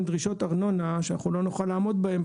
דרישות ארנונה שאנחנו לא נוכל לעמוד בהם,